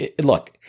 look